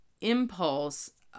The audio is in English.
impulse